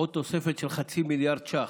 ועוד תוספת של חצי מיליארד ש"ח,